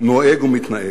נוהג ומתנהג.